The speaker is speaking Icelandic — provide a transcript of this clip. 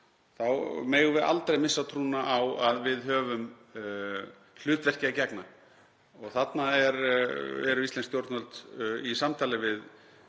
þá megum við aldrei missa trúna á að við höfum hlutverki að gegna. Þarna eru íslensk stjórnvöld í samtali við